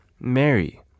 Mary